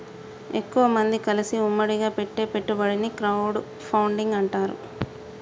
ఎక్కువమంది కలిసి ఉమ్మడిగా పెట్టే పెట్టుబడిని క్రౌడ్ ఫండింగ్ అంటారు